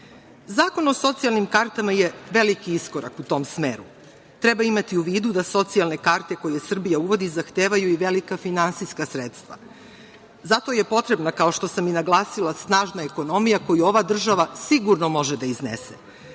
o socijalnim kartama je veliki iskorak u tom smeru. Treba imati u vidu da socijalne karte koje Srbija uvodi zahtevaju i velika finansijska sredstva. Zato je potrebna, kao što sam i naglasila snažna ekonomija koju ova država sigurno može da